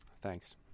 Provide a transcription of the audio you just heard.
Thanks